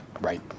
Right